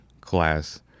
class